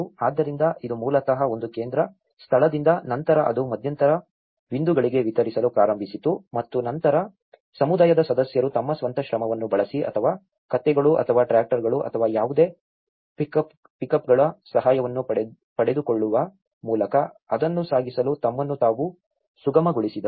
ಆದ್ದರಿಂದ ಇದು ಮೂಲತಃ ಒಂದು ಕೇಂದ್ರ ಸ್ಥಳದಿಂದ ನಂತರ ಅದು ಮಧ್ಯಂತರ ಬಿಂದುಗಳಿಗೆ ವಿತರಿಸಲು ಪ್ರಾರಂಭಿಸಿತು ಮತ್ತು ನಂತರ ಸಮುದಾಯದ ಸದಸ್ಯರು ತಮ್ಮ ಸ್ವಂತ ಶ್ರಮವನ್ನು ಬಳಸಿ ಅಥವಾ ಕತ್ತೆಗಳು ಅಥವಾ ಟ್ರಾಕ್ಟರ್ಗಳು ಅಥವಾ ಯಾವುದೇ ಪಿಕಪ್ಗಳ ಸಹಾಯವನ್ನು ಪಡೆದುಕೊಳ್ಳುವ ಮೂಲಕ ಅದನ್ನು ಸಾಗಿಸಲು ತಮ್ಮನ್ನು ತಾವು ಸುಗಮಗೊಳಿಸಿದರು